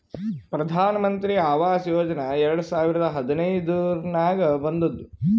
ಪ್ರಧಾನ್ ಮಂತ್ರಿ ಆವಾಸ್ ಯೋಜನಾ ಎರಡು ಸಾವಿರದ ಹದಿನೈದುರ್ನಾಗ್ ಬಂದುದ್